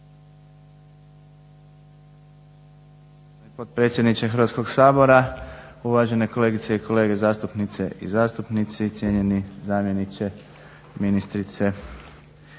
potpredsjedniče Hrvatskog sabora, uvažene kolegice i kolege zastupnice i zastupnici, cijenjeni zamjeniče ministrice.